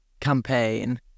campaign